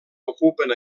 ocupen